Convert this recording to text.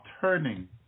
turning